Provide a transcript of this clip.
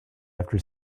after